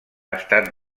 estat